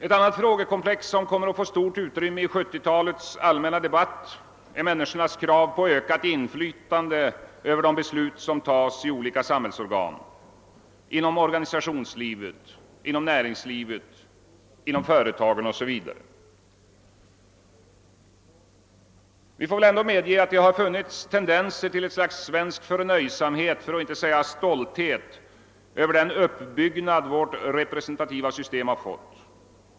Ett annat frågekomplex som kommer att få stort utrymme i 1970-talets allmänna debatt är människornas krav på ökat inflytande över de beslut som fattas i olika samhällsorgan, inom organisationslivet, inom näringslivet o.s.v. Vi måste väl medge att det funnits tendenser till ett slags svensk förnöjsamhet för att inte säga stolthet över den uppbyggnad vårt representativa system fått.